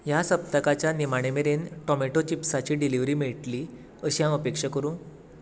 ह्या सप्तकाच्या निमाणे मेरेन टोमॅटो चिप्सा ची डिलिव्हरी मेळटली अशी हांव अपेक्षा करूं